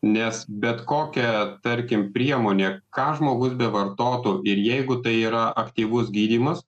nes bet kokia tarkim priemonė ką žmogus bevartotų ir jeigu tai yra aktyvus gydymas